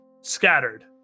scattered